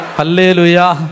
hallelujah